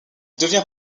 devient